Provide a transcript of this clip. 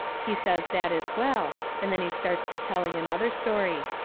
he says that is well, and then he starts to telling another story.